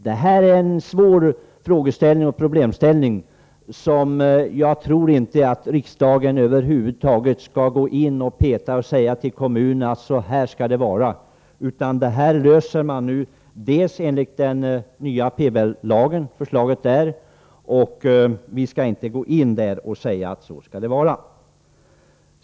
Det är en svår problemställning som jag inte tror att riksdagen över huvud taget skall gå in och peta i och säga till kommunerna att det skall vara på ett visst sätt, utan det här löser man enligt den nya PBL-lagen. Vi skall alltså inte gå in i sådana fall och säga hur det skall vara.